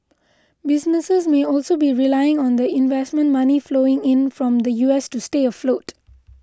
businesses may also be relying on the investment money flowing in from the U S to stay afloat